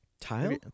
Tile